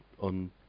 on